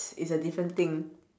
is a different thing